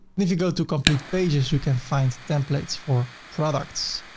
and if you go to complete pages, you can find templates for products.